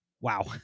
Wow